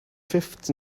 fifth